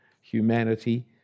humanity